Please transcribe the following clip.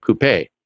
Coupe